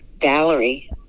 Valerie